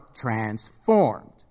transformed